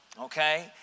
Okay